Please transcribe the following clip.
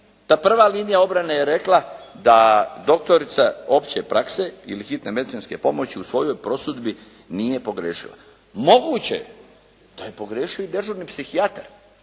Ta prva linija obrane je rekla da doktorica opće prakse ili hitne medicinske pomoći u svojoj prosudbi nije pogriješila. Moguće, da je pogriješio dežurni psihijatar,